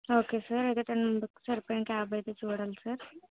okay sir అయితే ten members కి సరిపోయే క్యాబ్ అయితే చూడాలి సార్